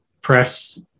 press